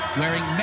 wearing